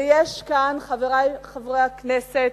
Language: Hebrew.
ויש כאן, חברי חברי הכנסת,